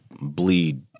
bleed